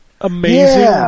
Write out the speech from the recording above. amazing